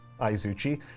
Aizuchi